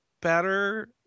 better